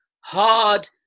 hard